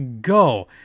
Go